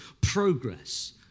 progress